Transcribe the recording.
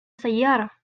سيارة